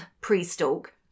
pre-stalk